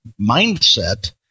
mindset